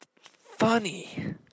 funny